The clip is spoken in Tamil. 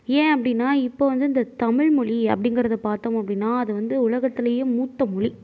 ஏன் அப்படினா இப்போ வந்து இந்த தமிழ் மொழி அப்படிங்கிறத பார்த்தோம் அப்படினா அது வந்து உலகத்திலேயே மூத்த மொழி